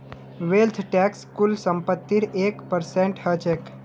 wealth tax कुल संपत्तिर एक परसेंट ह छेक